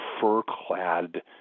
fur-clad